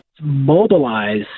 mobilize